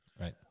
Right